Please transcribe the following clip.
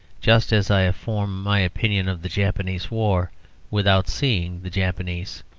just as i form my opinion of the japanese war without seeing the japanese,